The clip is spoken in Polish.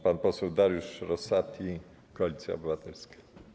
Pan poseł Dariusz Rosati, Koalicja Obywatelska.